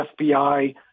FBI